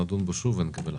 נדון בו שוב ונקבל החלטה.